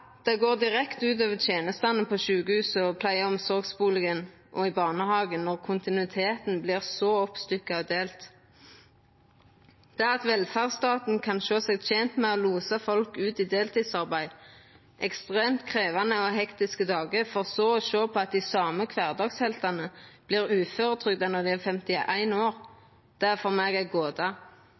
Det går direkte ut over tenestene på sjukehusa, i pleie- og omsorgsbustadene og i barnehagane når kontinuiteten vert så oppstykkja og delt. Det at velferdsstaten kan sjå seg tent med å losa folk ut i deltidsarbeid, med ekstremt krevjande og hektiske dagar, for så å sjå på at dei same kvardagsheltane vert uføretrygda når dei er 51 år, er for meg